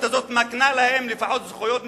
הזאת מקנה להם לפחות זכויות מסוימות,